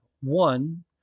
one